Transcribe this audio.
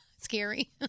Scary